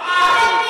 למה?